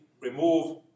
remove